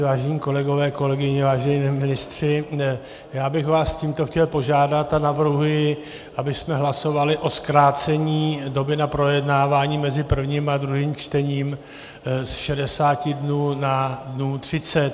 Vážení kolegové, kolegyně, vážení ministři, já bych vás tímto chtěl požádat a navrhuji, abychom hlasovali o zkrácení doby na projednávání mezi prvním a druhým čtením ze 60 dnů na dnů 30.